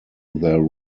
their